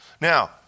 Now